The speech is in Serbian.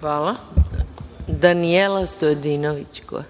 **Maja Gojković**